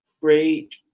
great